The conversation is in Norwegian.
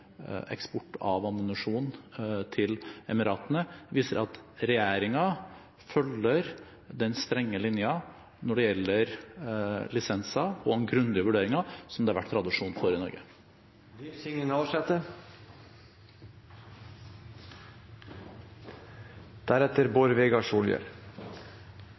eksport av ammunisjon til Emiratene – viser at regjeringen følger den strenge linjen når det gjelder lisenser og grundige vurderinger som det har vært tradisjon for i